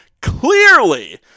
Clearly